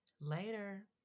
Later